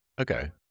Okay